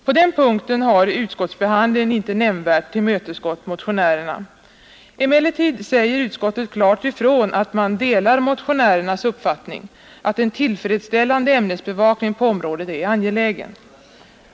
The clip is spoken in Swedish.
På den punkten har utskottsbehandlingen inte nämnvärt tillmötesgått motionärerna. Emellertid säger utskottet klart ifrån att man delar motionärernas uppfattning att en tillfredsställande ämnesbevakning på området är angelägen.